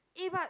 eh but